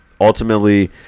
ultimately